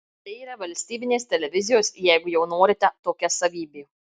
tai yra valstybinės televizijos jau jeigu norite tokia savybė